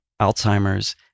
Alzheimer's